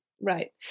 right